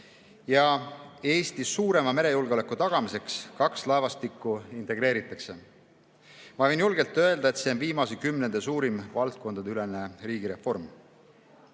ja Eestis suurema merejulgeoleku tagamiseks kaks laevastikku integreeritakse. Ma võin julgelt öelda, et see on viimase kümnendi suurim valdkondadeülene riigireform. Laevastike